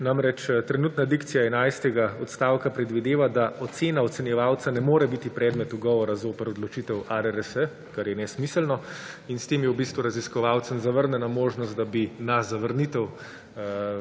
Trenutna dikcija enajstega odstavka predvideva, da ocena ocenjevalca ne more biti predmet ugovora zoper odločitev ARRS, kar je nesmiselno, in s tem je v bistvu raziskovalcem zavrnjena možnost, da bi na zavrnitev